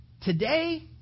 Today